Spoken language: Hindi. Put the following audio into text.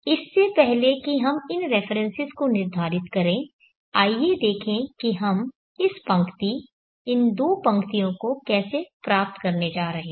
इससे पहले कि हम इन रेफरेन्सेस को निर्धारित करें आइए देखें कि हम इस पंक्ति इन दो पंक्तियों को कैसे प्राप्त करने जा रहे हैं